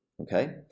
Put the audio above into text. Okay